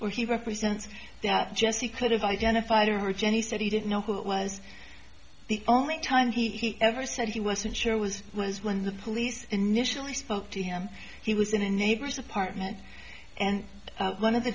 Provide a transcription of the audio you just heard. where he represents not just he could have identified her jenny said he didn't know what was the only time he ever said he wasn't sure was was when the police initially spoke to him he was in a neighbor's apartment and one of the